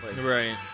Right